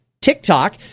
tiktok